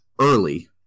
early